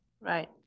Right